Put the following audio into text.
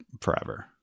forever